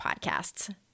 podcasts